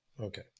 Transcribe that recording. Okay